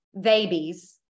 babies